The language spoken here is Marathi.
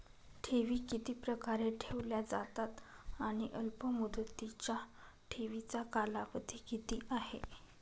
ठेवी किती प्रकारे ठेवल्या जातात आणि अल्पमुदतीच्या ठेवीचा कालावधी किती आहे?